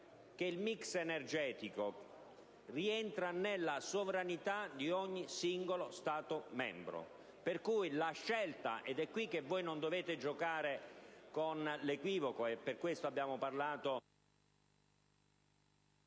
il *mix* energetico rientra nella sovranità di ogni singolo Stato membro ed è qui che non dovete giocare con l'equivoco e per questo abbiamo parlato